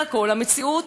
בעולם האמיתי,